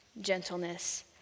gentleness